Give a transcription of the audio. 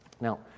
Now